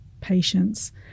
patients